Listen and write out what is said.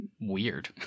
weird